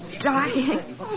dying